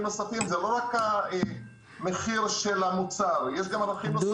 נוספים ולא רק המחיר של המוצר --- דודו,